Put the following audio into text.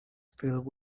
filled